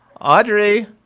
Audrey